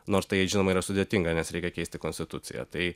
nors tai žinoma yra sudėtinga nes reikia keisti konstituciją tai